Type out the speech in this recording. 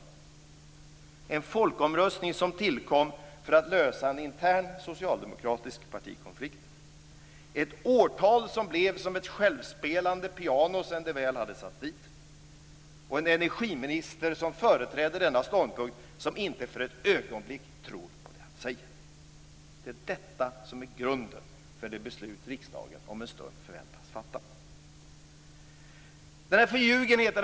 Det handlar om en folkomröstning som tillkom för att lösa en intern socialdemokratisk partikonflikt och om ett årtal som blev som ett självspelande piano sen det väl hade satts upp. Det handlar om en energiminister som företräder denna ståndpunkt som inte för ett ögonblick tror på det han säger. Det är detta som är grunden för det beslut riksdagen om en stund förväntas fatta. Herr talman!